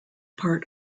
part